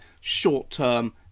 short-term